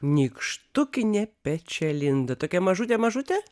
nykštukinė pečialinda tokia mažutė mažutė